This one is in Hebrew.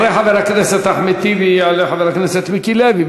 אחרי חבר הכנסת אחמד טיבי יעלה חבר הכנסת מיקי לוי.